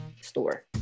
store